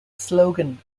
slogan